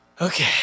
Okay